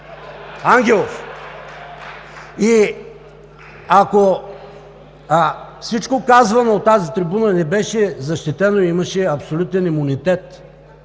смях.) И ако всичко казвано от тази трибуна не беше защитено и имаше абсолютен имунитет